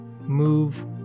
move